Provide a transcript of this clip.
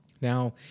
Now